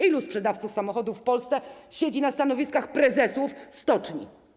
Ilu sprzedawców samochodów w Polsce siedzi na stanowiskach prezesów stoczni?